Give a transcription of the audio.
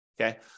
okay